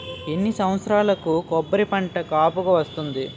ఎన్ని సంవత్సరాలకు కొబ్బరి పంట కాపుకి వస్తుంది?